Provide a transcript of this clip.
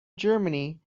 germany